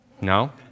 No